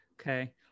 Okay